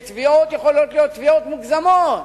שתביעות יכולות להיות תביעות מוגזמות.